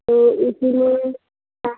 तो इसीलिए हाँ